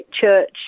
Church